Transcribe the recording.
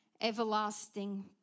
everlasting